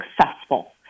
successful